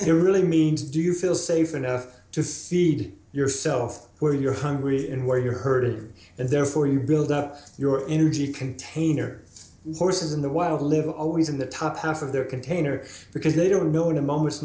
simply it really means do you feel safe enough to feed yourself where you're hungry and where you're herded and therefore you build up your energy container horses in the wild live always in the top half of their container because they don't build a moment's